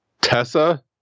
Tessa